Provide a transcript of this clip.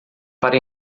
para